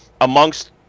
amongst